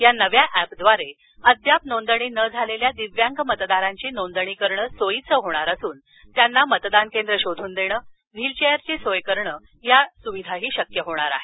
या नव्या एपद्वारे अद्याप नोंदणी न झालेल्या दिव्यांग मतदारांची नोंदणी करणं सोयीचं होणार असून त्यांना मतदान केंद्र शोधून देणं व्हील चेअरची सोय करणं शक्य होणार आहे